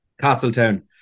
Castletown